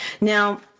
Now